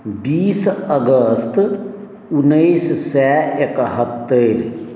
बीस अगस्त उन्नैस सए एकहत्तरि